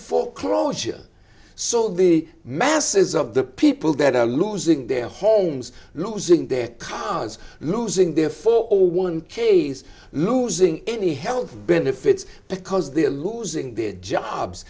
foreclosure so the masses of the people that are losing their homes losing their cars losing their four or one k s losing any health benefits because they're losing their jobs